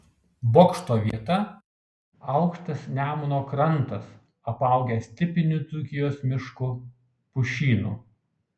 bokšto vieta aukštas nemuno krantas apaugęs tipiniu dzūkijos mišku pušynu